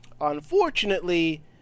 Unfortunately